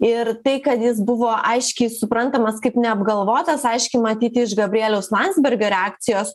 ir tai kad jis buvo aiškiai suprantamas kaip neapgalvotas aiškiai matyt iš gabrieliaus landsbergio reakcijos